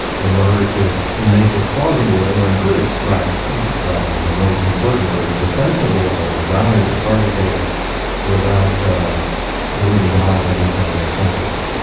in order to make it plausible that one could extract perhaps the most important or the defensible or the valuable part of hegel without leaving behind anything essential.